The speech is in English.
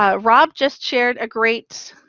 ah rob just shared a great,